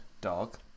dog